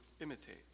imitate